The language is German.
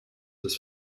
des